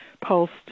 pulsed